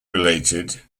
related